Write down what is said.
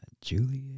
Juliet